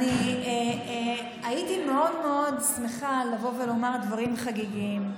אני הייתי מאוד מאוד שמחה לבוא ולומר דברים חגיגיים,